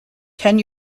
ten